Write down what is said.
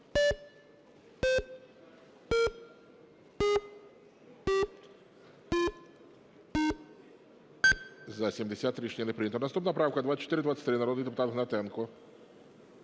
За-73 Рішення не прийнято. Наступна правка - 2424 народний депутат Гнатенко.